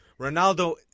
Ronaldo